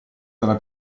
dalla